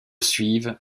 suivent